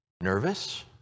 nervous